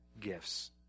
gifts